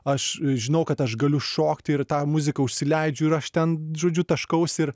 aš žinau kad aš galiu šokti ir tą muziką užsileidžiu ir aš ten žodžiu taškausi ir